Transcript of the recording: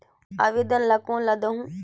आवेदन ला कोन ला देहुं?